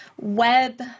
web